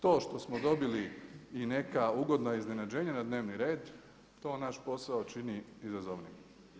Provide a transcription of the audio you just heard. To što smo dobili i neka ugodna iznenađenja na dnevni red, to naš posao čini izazovnijim.